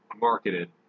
marketed